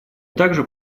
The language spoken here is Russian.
также